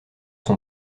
son